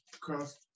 cross